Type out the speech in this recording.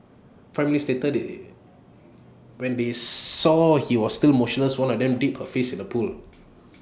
five minutes later they when they saw he was still motionless one of them dipped her face in the pool